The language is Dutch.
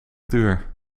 duur